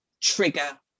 trigger